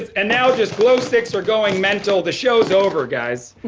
and now just glowsticks are going mental. the show's over guys.